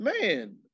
Man